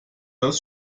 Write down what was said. das